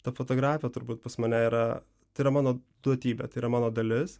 ta fotografija turbūt pas mane yra tai yra mano duotybė tai yra mano dalis